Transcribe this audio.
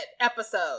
episode